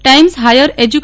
times Higher edu